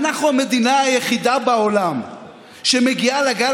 אנחנו המדינה היחידה בעולם שמגיעה לגל